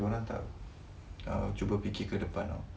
dia orang tak cuba fikir ke depan [tau]